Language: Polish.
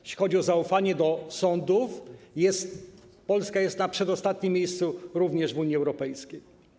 Jeśli chodzi o zaufanie do sądów, Polska jest na przedostatnim miejscu w Unii Europejskiej.